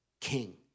king